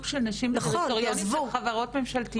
של נשים בדירקטוריונים של חברות ממשלתיות.